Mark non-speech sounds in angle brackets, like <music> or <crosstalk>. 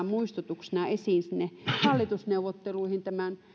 <unintelligible> muistutuksena sinne hallitusneuvotteluihin myös tämän